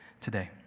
today